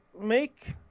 make